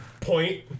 point